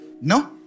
No